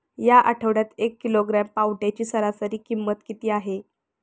या आठवड्यात एक किलोग्रॅम पावट्याची सरासरी किंमत किती आहे?